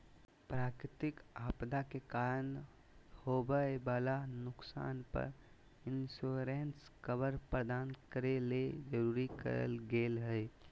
प्राकृतिक आपदा के कारण होवई वला नुकसान पर इंश्योरेंस कवर प्रदान करे ले शुरू करल गेल हई